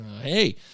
Hey